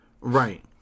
Right